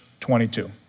22